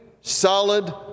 solid